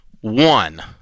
one